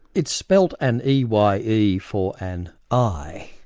it's spelt an e y e for and i,